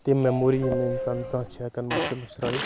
تِم میموری یِم نہٕ اِنسان زانٛہہ چھِ ہؠکان مٔشِد مُشترٲیِتھ